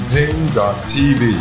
Pain.tv